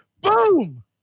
Boom